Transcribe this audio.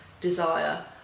desire